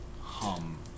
hum